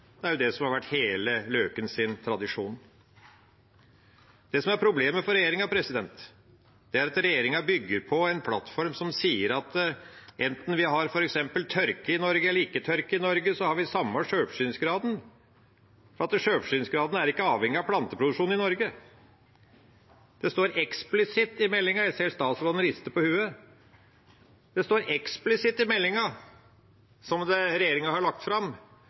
det som har vært Løkens tradisjon. Det som er problemet for regjeringa, er at den bygger på en plattform som sier at enten vi har f.eks. tørke i Norge eller ikke, er sjølforsyningsgraden den samme, og at sjølforsyningsgraden ikke er avhengig av planteproduksjonen i Norge. Jeg ser statsråden rister på hodet, men det står eksplisitt i meldinga som regjeringa har lagt fram,